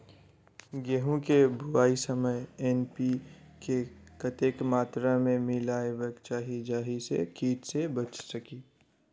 गेंहूँ केँ बुआई समय एन.पी.के कतेक मात्रा मे मिलायबाक चाहि जाहि सँ कीट सँ बचि सकी?